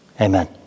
Amen